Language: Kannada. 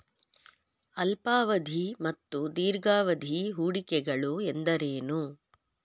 ಅಲ್ಪಾವಧಿ ಮತ್ತು ದೀರ್ಘಾವಧಿ ಹೂಡಿಕೆಗಳು ಎಂದರೇನು?